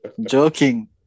Joking